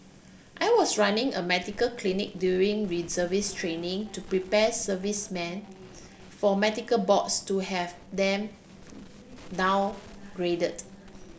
I was running a medical clinic during reservist training to prepare servicemen for medical boards to have them downgraded